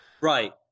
Right